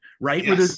right